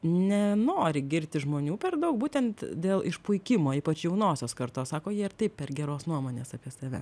nenori girti žmonių per daug būtent dėl išpuikimo ypač jaunosios kartos sako jie ir taip per geros nuomonės apie save